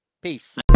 peace